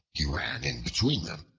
he ran in between them,